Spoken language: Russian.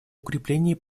укреплении